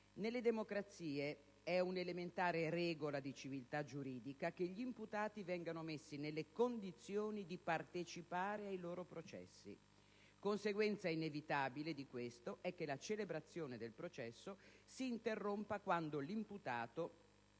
Nelle democrazie è un'elementare regola di civiltà giuridica che gli imputati vengano messi nelle condizioni di partecipare ai loro processi. Conseguenza inevitabile di questo è che la celebrazione del processo si interrompa quando l'imputato